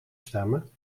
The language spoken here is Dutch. stemmen